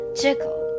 jiggle